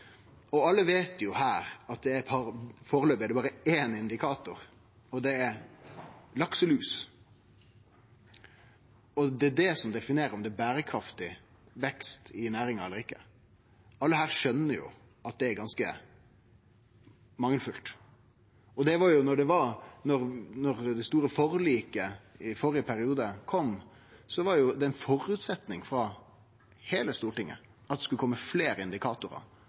er lakselus. Det er det som definerer om det er berekraftig vekst i næringa eller ikkje. Alle her skjønar at det er ganske mangelfullt. Da det store forliket i førre periode kom, var det ein føresetnad frå heile Stortinget at det skulle kome fleire indikatorar.